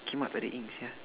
kimak tak ada ink sia